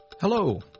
Hello